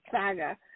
saga